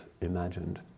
imagined